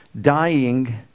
dying